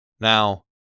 Now